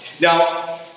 Now